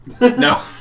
No